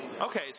Okay